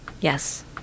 Yes